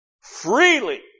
freely